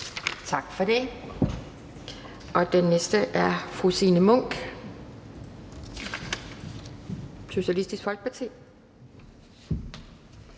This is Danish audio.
Tak for det. Den næste er fru Signe Munk, Socialistisk Folkeparti.